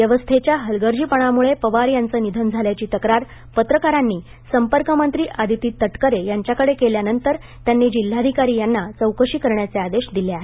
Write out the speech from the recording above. व्यवस्थेच्या हलगर्जीपणामुळे पवार यांचे निधन झाल्याची तकार पत्रकारांनी संपर्क मंत्री आदिती तटकरे यांच्याकडे केल्यानंतर त्यांनी जिल्हाधिकारी यांना चौकशी करण्याचे आदेश दिले आहेत